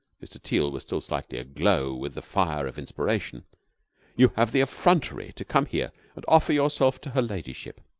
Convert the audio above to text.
mr. teal was still slightly aglow with the fire of inspiration you have the effrontery to come here and offer yourself to her ladyship.